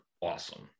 awesome